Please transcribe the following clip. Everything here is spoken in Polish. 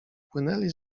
płynęli